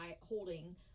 holding